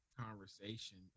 conversation